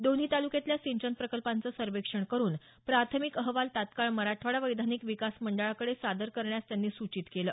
दोन्ही तालुक्यांतल्या सिंचन प्रकल्पांचं सर्वेक्षण करुन प्राथमिक अहवाल तत्काळ मराठवाडा वैधानिक विकास मंडळाकडे सादर करण्यास त्यांनी सूचित केलं